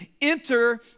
enter